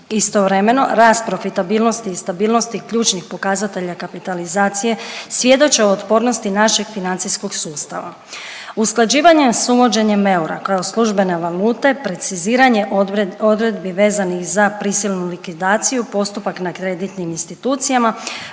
Istovremeno rast profitabilnosti i stabilnosti ključnih pokazatelja kapitalizacije, svjedoče o otpornosti našeg financijskog sustava. Usklađivanje s uvođenjem eura kao službene valute, preciziranje odredbi vezanih za prisilnu likvidaciju postupak na kreditnim institucijama,